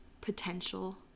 potential